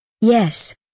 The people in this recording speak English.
Yes